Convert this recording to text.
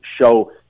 show